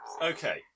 Okay